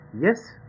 Yes